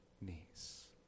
knees